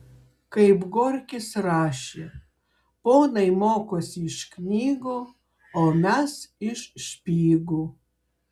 kaip gorkis rašė ponai mokosi iš knygų o mes iš špygų